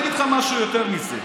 אני אגיד לך משהו יותר מזה,